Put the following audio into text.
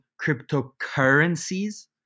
cryptocurrencies